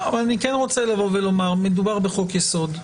אבל מדובר בחוק-יסוד,